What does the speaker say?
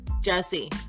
Jesse